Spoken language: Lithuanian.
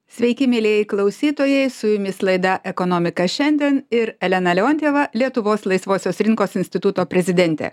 sveiki mielieji klausytojai su jumis laida ekonomika šiandien ir elena leontjeva lietuvos laisvosios rinkos instituto prezidentė